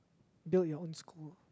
build your own school